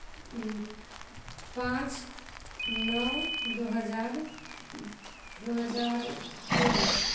पाँच नओ दू हजार दू हजार चौबीस